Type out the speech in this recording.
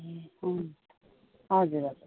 ए हजुर हजुर